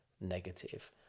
negative